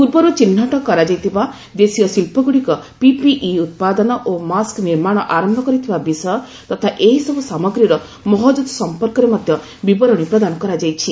ପୂର୍ବରୁ ଚିହ୍ନଟ କରାଯାଇଥିବା ଦେଶୀୟ ଶିଳ୍ପଗୁଡ଼ିକ ପିପିଇ ଉତ୍ପାଦନ ଓ ମାସ୍କ୍ ନିର୍ମାଣ ଆରମ୍ଭ କରିଥିବା ବିଷୟ ତଥା ଏହିସବୁ ସାମଗ୍ରୀର ମହକୁଦ ସଂପର୍କରେ ମଧ୍ୟ ବିବରଣୀ ପ୍ରଦାନ କରାଯାଇଛି